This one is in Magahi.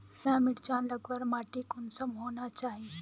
सिमला मिर्चान लगवार माटी कुंसम होना चही?